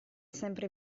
sempre